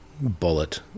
bullet